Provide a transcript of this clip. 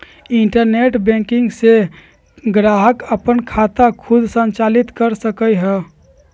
internet banking से ग्राहक अप्पन खाता खुद संचालित कर सकलई ह